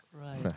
Right